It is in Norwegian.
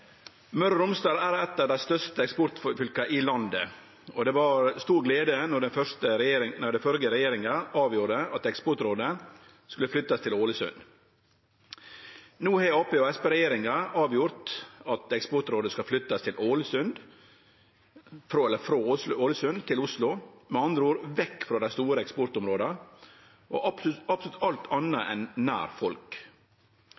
og Romsdal er eit av dei største eksportfylka i landet, og det var stor glede når den førre regjeringa avgjorde at eksportrådet skulle flyttast til Ålesund. No har Ap- og Sp-regjeringa avgjort at eksportrådet skal flyttast frå Ålesund til Oslo, med andre ord vekk frå dei store eksportområda og absolutt alt